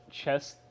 chest